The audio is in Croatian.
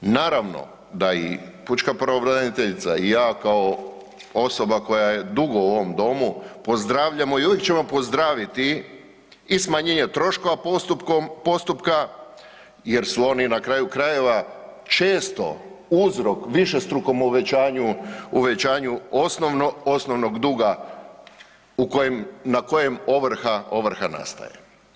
Naravno da i pučka pravobraniteljica i ja kao osoba koja je dugo u ovom domu pozdravljamo i uvijek ćemo pozdraviti i smanjenje troškova postupka jer su oni na kraju krajeva često uzrok višestrukom uvećanju, uvećanju osnovnog duga u kojem, na kojem ovrha nastaje.